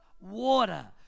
water